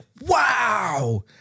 wow